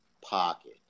pocket